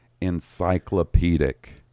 encyclopedic